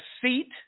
seat